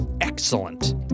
Excellent